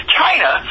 china